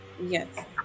yes